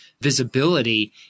visibility